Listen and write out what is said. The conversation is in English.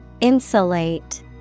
Insulate